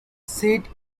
seat